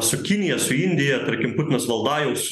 su kinija su indija tarkim putinas valdajaus